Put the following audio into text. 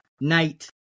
night